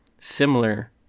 similar